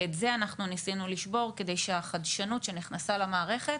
את זה אנחנו ניסינו לשבור כדי שהחדשנות שנכנסה למערכת